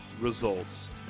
results